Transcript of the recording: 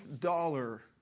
Dollar